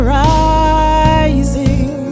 rising